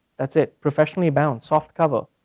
that's it, professionally bound softcover,